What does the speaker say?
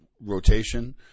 rotation